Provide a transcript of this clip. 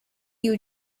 you